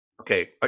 Okay